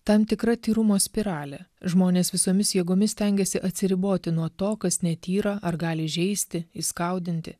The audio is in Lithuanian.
tam tikra tyrumo spiralė žmonės visomis jėgomis stengiasi atsiriboti nuo to kas netyra ar gali įžeisti įskaudinti